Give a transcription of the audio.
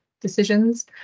decisions